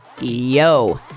Yo